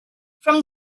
from